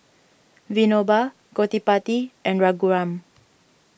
Vinoba Gottipati and Raghuram